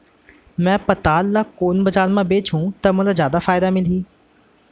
मैं पताल ल कोन बजार म बेचहुँ त मोला जादा फायदा मिलही?